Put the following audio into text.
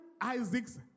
Isaac's